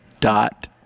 dot